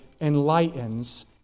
enlightens